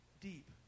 deep